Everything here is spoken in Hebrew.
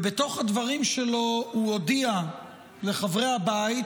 ובתוך הדברים שלו הוא הודיע לחברי הבית,